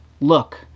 look